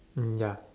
ya